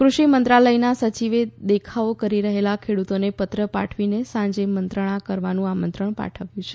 કૃષિમંત્રાલયના સચિવે દેખાવો કરી રહેલા ખેડૂતોને પત્ર પાઠવીને આજે મંત્રણા કરવાનું આમંત્રણ પાઠવ્યું છે